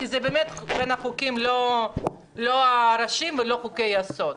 זה באמת לא בין החוקים הראשיים ולא חוקי יסוד.